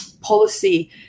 policy